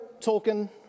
Tolkien